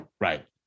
Right